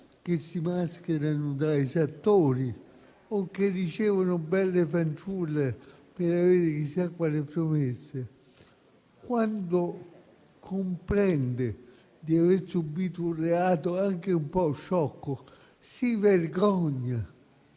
che si mascherano da esattori o che riceve belle fanciulle per avere chissà quali promesse, comprende di aver subito un reato anche un po' sciocco, si vergogna,